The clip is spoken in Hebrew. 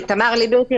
ליברטי,